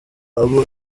abo